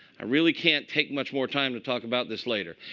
i really can't take much more time to talk about this later.